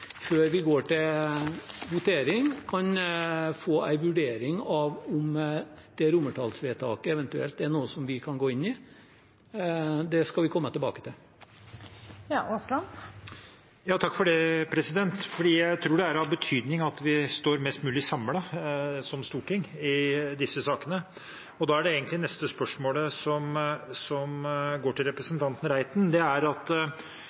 før vi går til votering, kan få en vurdering av om det romertallsvedtaket eventuelt er noe vi kan gå inn i. Det skal vi komme tilbake til. Jeg tror det er av betydning at vi står mest mulig samlet som storting i disse sakene. Da gjelder det neste spørsmålet som går til representanten Reiten, som sånn sett har ansvarlig statsråd i Landbruksdepartementet, at